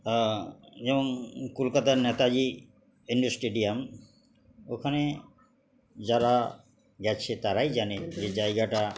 যেমন কলকাতার Netaji indoor stadium ওখানে যারা গেছে তারাই জানে যে জায়গাটা